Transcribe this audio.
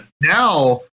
now